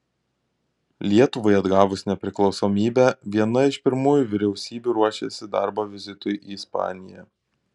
lietuvai atgavus nepriklausomybę viena iš pirmųjų vyriausybių ruošėsi darbo vizitui į ispaniją